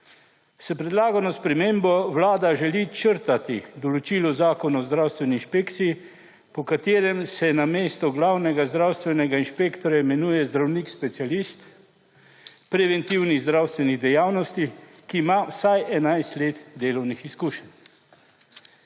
S predlagano spremembo Vlada želi črtati določilo zakona o zdravstveni inšpekciji, po katerem se na mesto glavnega zdravstvenega inšpektorja imenuje zdravnik specialist v preventivni zdravstveni dejavnosti, ki ima vsaj 11 let delovnih izkušenj.